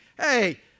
hey